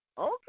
Okay